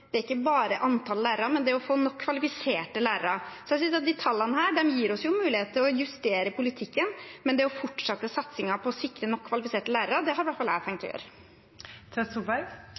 det ikke bare er snakk om antall lærere, men om å få nok kvalifiserte lærere. Disse tallene gir oss mulighet til å justere politikken, men det å fortsette satsingen på å sikre nok kvalifiserte lærere har i hvert fall jeg tenkt å